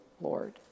Lord